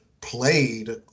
played